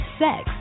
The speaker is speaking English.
sex